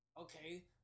okay